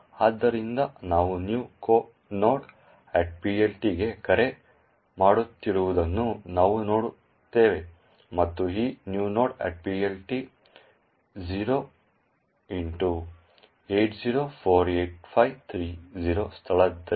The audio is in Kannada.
ಆದ್ದರಿಂದ ನಾವು new nodePLT ಗೆ ಕರೆ ಮಾಡುತ್ತಿರುವುದನ್ನು ನಾವು ನೋಡುತ್ತೇವೆ ಮತ್ತು ಈ new nodePLT 0x8048530 ಸ್ಥಳದಲ್ಲಿದೆ